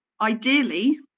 ideally